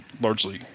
largely